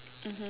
mmhmm